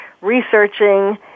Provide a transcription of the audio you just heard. researching